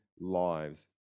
lives